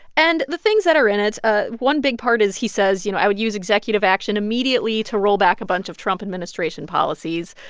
and the things that are in ah one big part is he says, you know, i would use executive action immediately to roll back a bunch of trump administration policies.